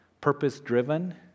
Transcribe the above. purpose-driven